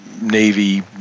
Navy